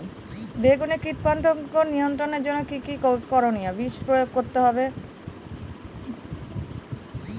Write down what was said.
বেগুনে কীটপতঙ্গ নিয়ন্ত্রণের জন্য কি কী করনীয়?